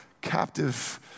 captive